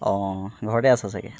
অ' ঘৰতে আছা চাগে